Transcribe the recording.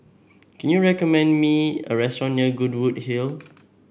can you recommend me a restaurant near Goodwood Hill